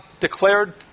declared